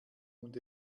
und